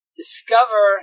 discover